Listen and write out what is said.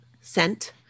scent